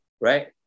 right